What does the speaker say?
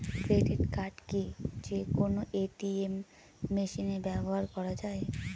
Credit card কি যে কোনো এ.টি.এম মেশিনে ব্যবহার করা য়ায়?